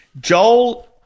Joel